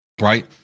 right